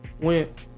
went